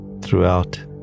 throughout